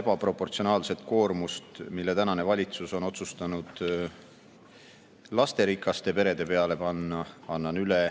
ebaproportsionaalset koormust, mille tänane valitsus on otsustanud lasterikaste perede peale panna, annan üle